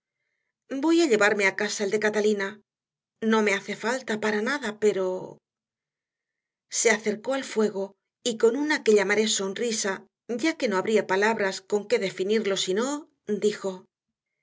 voy a llevarme a casa el de catalina no me hace falta para nada pero se acercó al fuego y con una que llamaré sonrisa ya que no habría palabras con que definirlo si no dijo